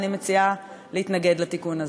ואני מציעה להתנגד לתיקון הזה.